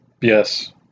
Yes